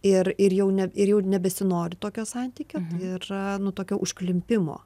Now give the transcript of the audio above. ir ir jau ne ir jau nebesinori tokio santykio yra na tokio užklimpimo